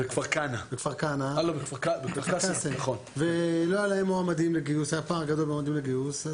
לא היה להם מועמדים לגיוס,